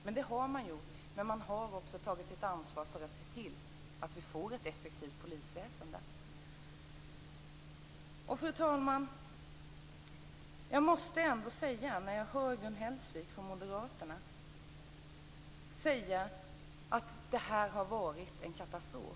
Man ser det viktiga, men man har också tagit sitt ansvar för att se till att vi får ett effektivt polisväsende. Fru talman! Gun Hellsvik från Moderaterna sade att det här har varit en katastrof.